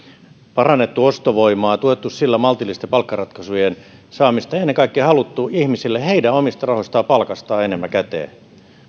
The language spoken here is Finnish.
parantaneet ostovoimaa tukeneet sillä maltillisten palkkaratkaisujen saamista ja ennen kaikkea halunneet ihmisille heidän omista rahoistaan palkasta enemmän käteen